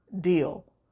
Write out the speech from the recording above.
deal